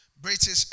British